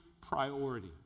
priority